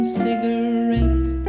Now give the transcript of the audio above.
cigarette